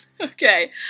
Okay